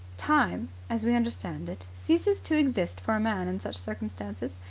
time, as we understand it, ceases to exist for a man in such circumstances.